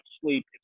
sleep